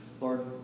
Lord